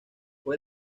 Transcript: fue